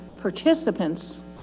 participants